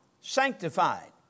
sanctified